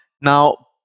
Now